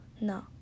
No